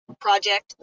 project